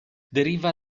deriva